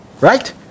Right